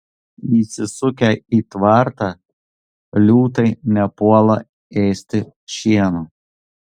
įsisukę į tvartą liūtai nepuola ėsti šieno